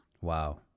wow